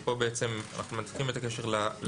ופה בעצם אנחנו מנתקים את הקשר לאגרה,